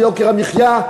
ויוקר המחיה,